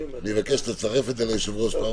אני מבקש לצרף את זה ליושב-ראש בפעם